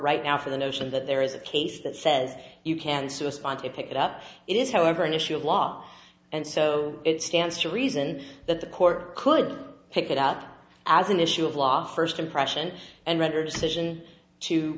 right now for the notion that there is a case that says you can sue us on to pick it up it is however an issue of law and so it stands to reason that the court could pick it out as an issue of law first impression and render decision to